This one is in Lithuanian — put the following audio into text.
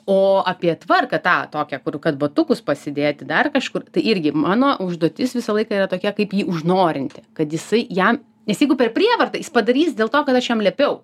o apie tvarką tą tokią kur kad batukus pasidėti dar kažkur tai irgi mano užduotis visą laiką yra tokia kaip jį užnorinti kad jisai jam nes jeigu per prievartą jis padarys dėl to kad aš jam liepiau